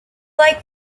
like